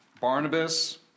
Barnabas